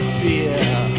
beer